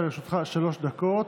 לרשותך שלוש דקות.